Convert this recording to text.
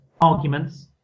arguments